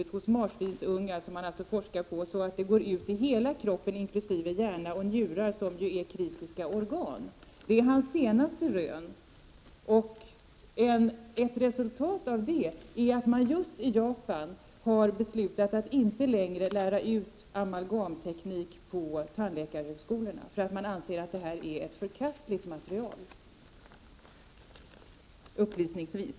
1989/90:26 hos marssvinsungar, som används i försöken. Kvicksilvret går ut i hela krop 15 november 1989 pen inkl. hjärna och njurar som ju är kritiska organ. Det är hans senaste. GA rön. Ett resultat av det är att man i Japan har beslutat att inte längre lära ut amalgamteknik på tandläkarhögskolorna, eftersom man anser att det är ett förkastligt material — upplysningsvis.